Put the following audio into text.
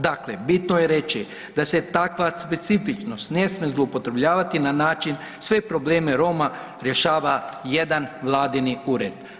Dakle, bitno je reći da se takva specifičnost ne smije zloupotrebljavati na način sve probleme Roma rješava jedan vladin ured.